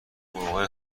موقع